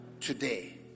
today